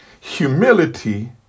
humility